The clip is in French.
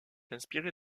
inspirée